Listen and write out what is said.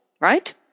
right